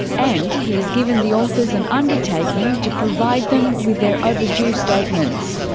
and he has given the authors an undertaking to provide them with their overdue statements.